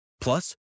Plus